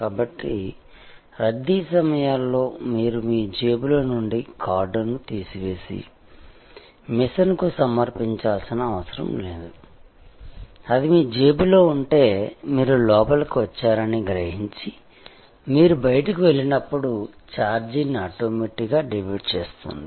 కాబట్టి రద్దీ సమయాల్లో మీరు మీ జేబులో నుండి కార్డును తీసివేసి మెషీన్కు సమర్పించాల్సిన అవసరం లేదు అది మీ జేబులో ఉంటే మీరు లోపలికి వచ్చారని గ్రహించి మీరు బయటకు వెళ్ళినప్పుడు ఛార్జీని ఆటోమేటిక్గా డెబిట్ చేస్తుంది